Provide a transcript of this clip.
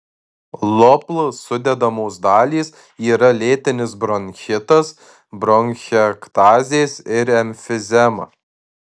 lopl sudedamos dalys yra lėtinis bronchitas bronchektazės ir emfizema